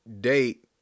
date